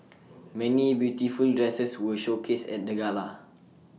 many beautiful dresses were showcased at the gala